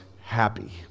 happy